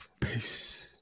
Peace